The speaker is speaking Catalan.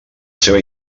seva